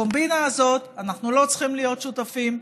לקומבינה הזאת אנחנו לא צריכים להיות שותפים.